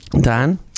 Dan